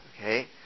okay